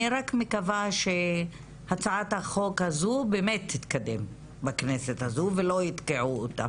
אני רק מקווה שהצעת החוק הזו באמת תתקדם בכנסת הזו ולא יתקעו אותה.